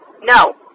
no